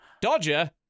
Dodger